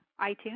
iTunes